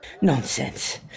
Nonsense